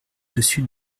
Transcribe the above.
dessus